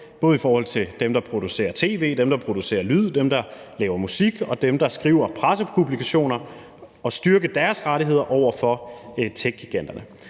både i forhold til dem, der producerer tv, dem, der producerer lyd, dem, der laver musik, og dem, der skriver pressepublikationer. Det vil styrke deres rettigheder over for techgiganterne.